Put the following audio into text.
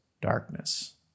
darkness